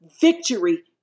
victory